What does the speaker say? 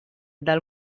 dal